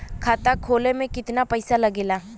खाता खोले में कितना पईसा लगेला?